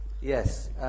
Yes